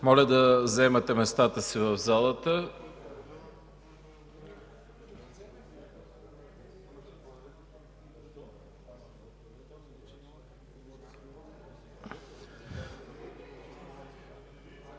моля, заемете местата си в залата.